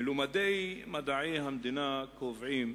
מלומדי מדעי המדינה קובעים